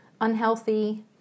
unhealthy